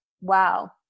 wow